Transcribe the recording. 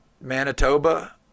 Manitoba